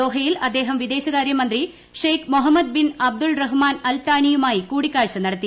ദോഹയിൽ ആദ്ദേഹം വിദേശകാര്യമന്ത്രി Sheikh Mohammed bin Abdul Rahman Al താനിയുമായി കൂടിക്കാഴ്ച നടത്തി